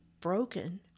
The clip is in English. broken